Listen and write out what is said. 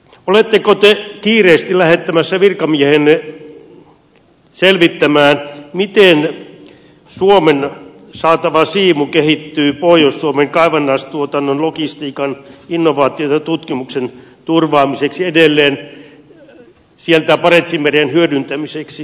oletteko te kiireesti lähettämässä virkamiehenne selvittämään miten suomeen saatava siivu kehittyy pohjois suomen kaivannaistuotannon logistiikan innovaatiotutkimuksen turvaamiseksi edelleen sieltä barentsinmeren hyödyntämiseksi